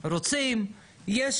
רוצים, יש